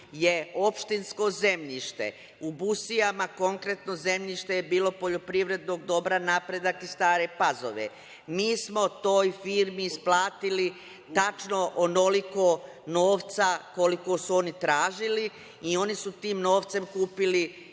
je opštinsko zemljište. U Busijama konkretno zemljište je bilo poljoprivrednog dobra „Napredak“ iz Stare Pazove. Mi smo toj firmi isplatili tačno onoliko novca koliko su oni tražili i oni su tim novcem kupili